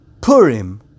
purim